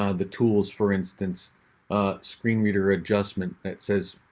ah the tools for instance a screen reader adjustment, it says,